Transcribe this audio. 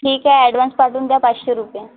ठीक आहे ॲडव्हान्स पाठवून द्या पाचशे रुपये